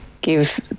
Give